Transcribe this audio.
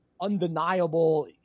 undeniable